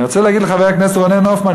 אני רוצה להגיד לחבר הכנסת רונן הופמן: